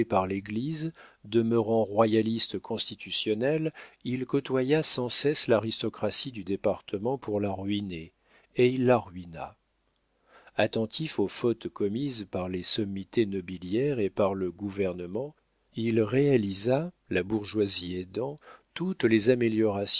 l'église demeurant royaliste constitutionnel il côtoya sans cesse l'aristocratie du département pour la ruiner et il la ruina attentif aux fautes commises par les sommités nobiliaires et par le gouvernement il réalisa la bourgeoisie aidant toutes les améliorations